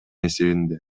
эсебинде